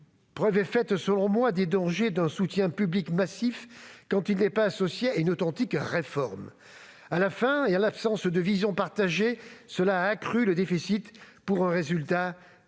Preuve est faite, selon moi, des dangers d'un soutien public massif quand il n'est pas associé à une authentique réforme. À la fin, et en l'absence de vision partagée, cela a accru le déficit, pour un résultat médiocre.